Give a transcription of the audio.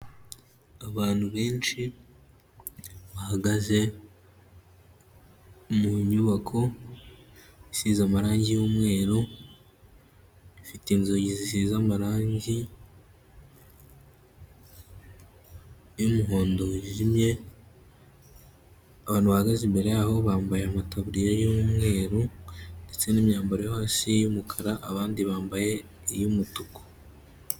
Abantu benshi bahagaze mu nyubako isize amarangi y'umweru, ifite inzugi zisize amarangi y'umuhondo wijimye, abantu bahagaze imbere yaho bambaye amataburiya y'umweru ndetse n'imyambaro yo hasi y'umukara, abandi bambaye iy'umutuku.